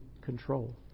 control